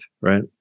right